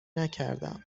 نکردم